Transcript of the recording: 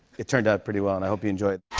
it turned out pretty well and i hope you enjoy it.